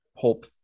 Pulp